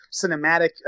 cinematic